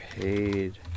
paid